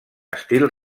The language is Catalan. estil